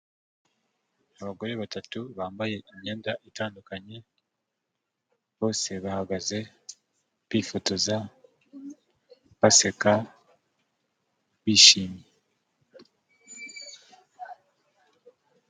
Abagore batatu bambaye imyenda itandukanye. Bose bahagaze bifotoza, baseka, bishimye.